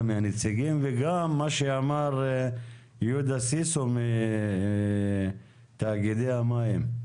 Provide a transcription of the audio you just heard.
מהנציגים וגם מה שאמר יהודה סיסו מתאגידי המים?